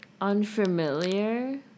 Unfamiliar